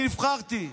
אני נבחרתי.